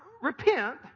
repent